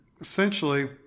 essentially